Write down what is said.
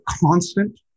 constant